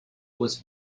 was